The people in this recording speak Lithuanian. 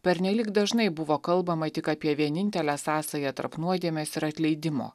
pernelyg dažnai buvo kalbama tik apie vienintelę sąsają tarp nuodėmės ir atleidimo